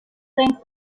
think